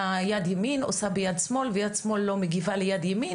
יד ימין עושה ביד שמאל ויד שמאל לא מגיבה ליד ימין,